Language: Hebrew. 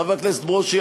חבר הכנסת ברושי,